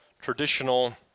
traditional